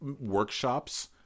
workshops